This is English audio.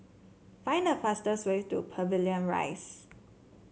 find the fastest way to Pavilion Rise